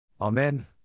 Amen